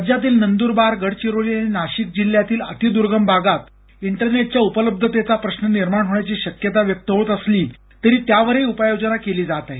राज्यातील नंद्रबार गडचिरोली आणि नाशिक जिल्ह्यातील अतिर्द्गम भागात इंटरनेटच्या उपलब्धतेचा प्रश्न निर्माण होण्याची शक्यता व्यक्त होत असली तरी त्यावरही उपाययोजना केली जात आहे